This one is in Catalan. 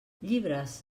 llibres